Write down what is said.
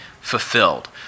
fulfilled